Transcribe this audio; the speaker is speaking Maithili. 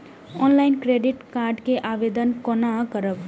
ऑनलाईन क्रेडिट कार्ड के आवेदन कोना करब?